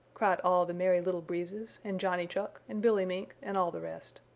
cried all the merry little breezes and johnny chuck and billy mink and all the rest.